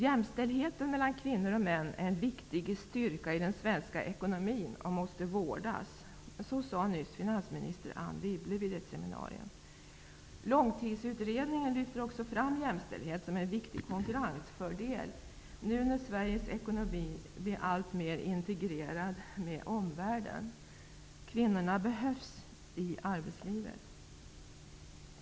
Jämställdheten mellan kvinnor och män är en viktig styrka i den svenska ekonomin och måste vårdas, sade nyligen finansminister Anne Wibble vid ett seminarium. Långtidsutredningen lyfter också fram jämställdhet som en viktig konkurrensfördel nu när Sveriges ekonomi blir alltmer integrerad med omvärlden. Kvinnorna behövs i arbetslivet.